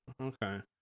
Okay